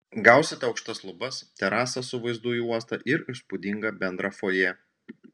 gausite aukštas lubas terasą su vaizdu į uostą ir įspūdingą bendrą fojė